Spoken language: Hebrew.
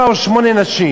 שבע או שמונה נשים